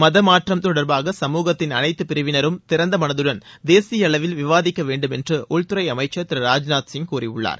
மதமாற்றம் தொடர்பாக சமுகத்தின் அனைத்து பிரிவினரும் திற்ந்த மனதுடன் தேசிய அளவில் விவாதிக்க வேண்டுமென்ற உள்துறை அமைச்சர் திரு ராஜ்நாத் சிங் கூறியுள்ளார்